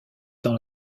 dans